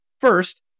first